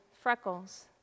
freckles